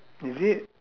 is it